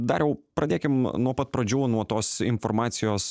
dariau pradėkim nuo pat pradžių nuo tos informacijos